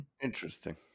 Interesting